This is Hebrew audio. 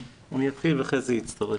אני אתחיל וחזי יצטרף.